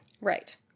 Right